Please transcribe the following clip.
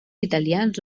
italians